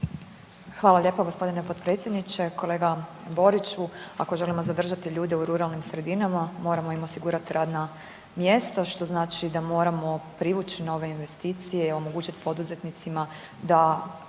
Hvala lijepo g. potpredsjedniče. Kolega Boriću, ako želimo zadržati ljude u ruralnim sredinama moramo im osigurat radna mjesta, što znači da moramo privuć nove investicije i omogućit poduzetnicima da